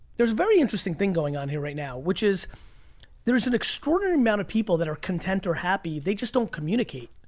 there's a very interesting thing going on here right now, which is there's an extraordinary amount of people that are content or happy. they just don't communicate,